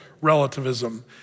relativism